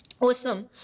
Awesome